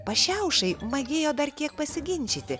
pašiaušai magėjo dar kiek pasiginčyti